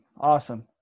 Awesome